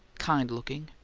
kind-looking,